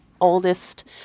oldest